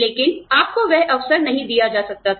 लेकिन आपको वह अवसर नहीं दिया जा सकता था